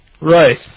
Right